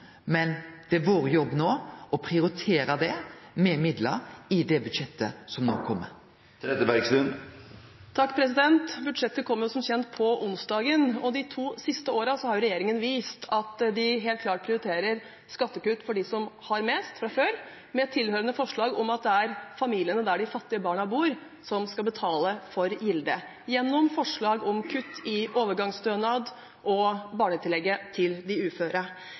men det er vår jobb no å prioritere dette med midlar i det budsjettet som no kjem. Budsjettet kommer som kjent på onsdag. De to siste årene har regjeringen vist at de helt klart prioriterer skattekutt for dem som har mest fra før, med tilhørende forslag om at det er familiene der de fattige barna bor, som skal betale for gildet gjennom forslag om kutt i overgangsstønad og barnetillegget til de uføre.